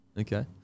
Okay